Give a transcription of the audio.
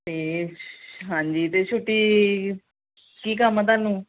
ਅਤੇ ਹਾਂਜੀ ਅਤੇ ਛੁੱਟੀ ਕੀ ਕੰਮ ਆ ਤੁਹਾਨੂੰ